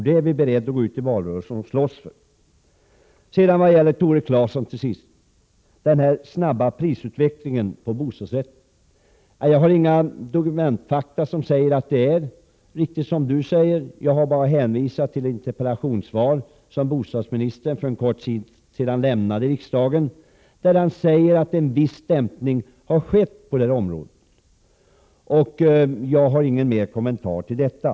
Det är vi beredda att gå ut och slåss för i valrörelsen. Tore Claeson tog upp den snabba prisutvecklingen när det gäller bostadsrätter. Jag har inga fakta som bekräftar det han säger. Jag har bara hänvisat till det interpellationssvar som bostadsministern för kort tid sedan lämnade i riksdagen, där han säger att en viss dämpning har skett på detta område. Jag har ingen annan kommentar till detta.